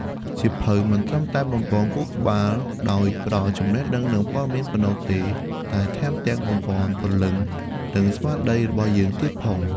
សៀវភៅមិនត្រឹមតែ បំប៉នខួរក្បាល ដោយផ្តល់ចំណេះដឹង និងព័ត៌មានប៉ុណ្ណោះទេ តែថែមទាំង បំប៉នព្រលឹង និងស្មារតី របស់យើងទៀតផង។